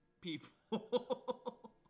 people